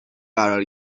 قرار